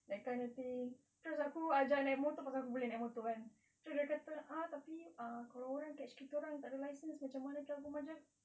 that kind of thing terus aku ajar naik motor cause aku boleh naik motor kan terus dia kata ah tapi ah kalau orang catch kita orang tak ada license macam mana terus aku macam